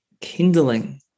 kindling